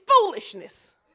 foolishness